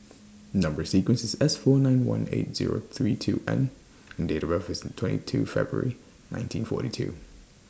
Number sequence IS S four nine one eight Zero three two N and Date of birth IS twenty two February nineteen forty two